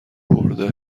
برده